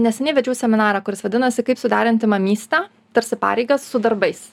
neseniai vedžiau seminarą kuris vadinosi kaip suderinti mamystę tarsi pareigas su darbais